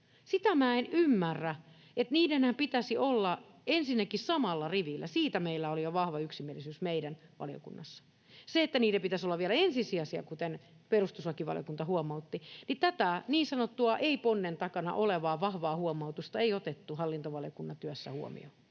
minä en ymmärrä. Niidenhän pitäisi olla ensinnäkin samalla rivillä — siitä meillä oli jo vahva yksimielisyys meidän valiokunnassa — ja vaikka niiden pitäisi olla vielä ensisijaisia, kuten perustuslakivaliokunta huomautti, niin tätä niin sanotusti ei ponnen takana olevaa, vahvaa huomautusta ei otettu hallintovaliokunnan työssä huomioon.